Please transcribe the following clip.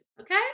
okay